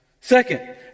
Second